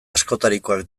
askotarikoak